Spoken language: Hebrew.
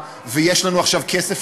ויש לנו עכשיו כסף,